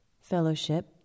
fellowship